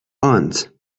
aunt